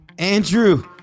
Andrew